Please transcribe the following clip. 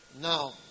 Now